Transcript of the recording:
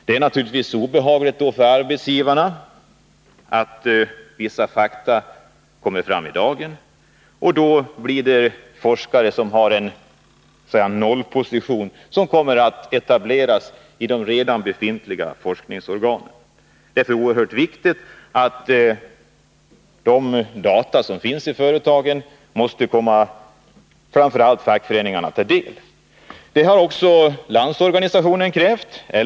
Det är naturligtvis obehagligt för arbetsgivarna att vissa fakta kommer fram, och då blir det forskare som har en så att säga nollposition som kommer att etableras i de redan befintliga forskningsorganen. Därför är det oerhört viktigt att de data som finns i företagen kommer framför allt fackföreningarna till del. Det har LO och TCO krävt.